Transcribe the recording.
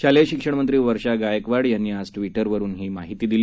शालेय शिक्षण मंत्री वर्षा गायकवाड यांनी आज ट्वीटरवर ही माहिती दिली